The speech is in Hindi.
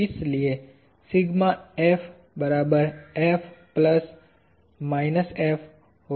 इसलिए होगा